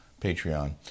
Patreon